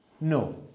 No